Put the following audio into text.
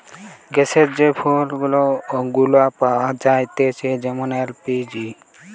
গ্যাসের যে ফুয়েল গুলা পাওয়া যায়েটে যেমন এল.পি.জি